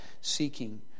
seeking